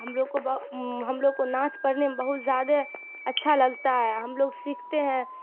ہم لوگ کو ہم لوگ کو نعت پڑھنے میں بہت زیادہ اچھا لگتا ہے ہم لوگ سیکھتے ہیں